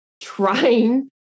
trying